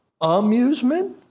amusement